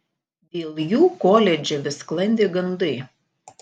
dėl jų koledže vis sklandė gandai